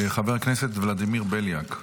חבר הכנסת ולדימיר בליאק,